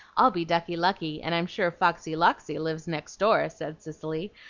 i'll be ducky-lucky, and i'm sure foxy-loxy lives next door, said cicely,